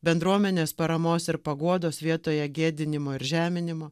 bendruomenės paramos ir paguodos vietoje gėdinimo ir žeminimo